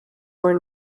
were